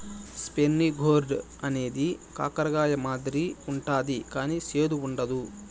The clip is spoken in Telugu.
స్పైనీ గోర్డ్ అనేది కాకర కాయ మాదిరి ఉంటది కానీ సేదు ఉండదు